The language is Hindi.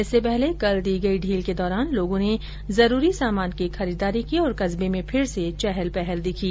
इससे पहले कल दी गई ढील के दौरान लोगों ने जरुरी सामान की खरीददारी की और कस्बे में फिर से चहल पहल दिखी